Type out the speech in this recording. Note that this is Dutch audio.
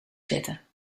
zetten